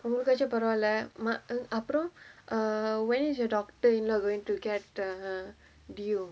ஒங்களுகாச்சு பரவால:ongalukaachu paravaala ma~ ah அப்புறம்:appuram err when is your daughter-in-law going to get a B_T_O